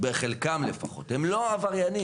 בחלקם, לפחות, הם לא עבריינים.